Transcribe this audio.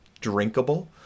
drinkable